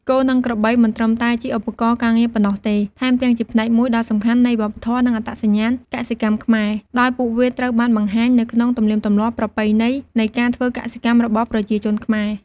គោ និងក្របីមិនត្រឹមតែជាឧបករណ៍ការងារប៉ុណ្ណោះទេ ថែមទាំងជាផ្នែកមួយដ៏សំខាន់នៃវប្បធម៌ និងអត្តសញ្ញាណកសិកម្មខ្មែរ ដោយពួកវាត្រូវបានបង្ហាញនៅក្នុងទំនៀមទម្លាប់ ប្រពៃណី នៃការធ្វើកសិកម្មរបស់ប្រជាជនខ្មែរ។